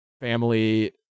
family